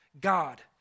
God